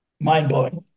mind-blowing